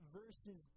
versus